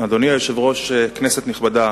אדוני היושב-ראש, כנסת נכבדה,